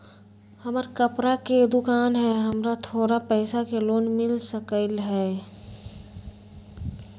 हमर कपड़ा के दुकान है हमरा थोड़ा पैसा के लोन मिल सकलई ह?